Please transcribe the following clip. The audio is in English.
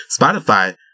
Spotify